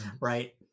Right